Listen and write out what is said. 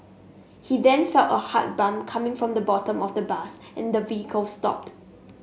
he then felt a hard bump coming from the bottom of the bus and the vehicle stopped